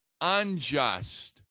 unjust